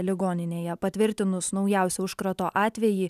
ligoninėje patvirtinus naujausią užkrato atvejį